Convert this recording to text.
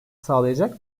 sağlayacak